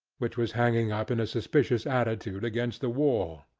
which was hanging up in a suspicious attitude against the wall.